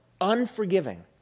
unforgiving